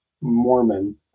Mormon